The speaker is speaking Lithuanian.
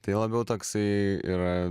tai labiau toksai yra